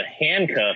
handcuff